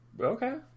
okay